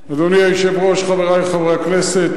חברי חברי הכנסת,